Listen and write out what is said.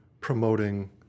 promoting